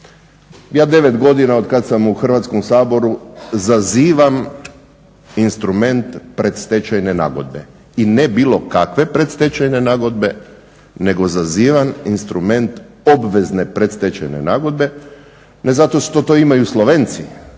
Ja devet godina otkad sam u Hrvatskom saboru zazivam instrument predstečajne nagodbe i ne bilo kakve predstečajne nagodbe nego zazivam instrument obvezne predstečajne nagodbe, ne zato što to imaju Slovenci